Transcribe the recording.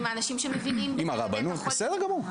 עם אנשים שמבינים בבית החולים,